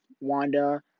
Wanda